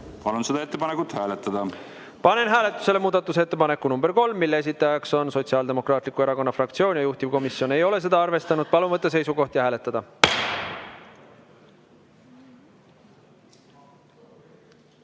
Palun võtta seisukoht ja hääletada! Panen hääletusele muudatusettepaneku nr 3, mille esitajaks on Sotsiaaldemokraatliku Erakonna fraktsioon ja juhtivkomisjon ei ole seda arvestanud. Palun võtta seisukoht ja hääletada!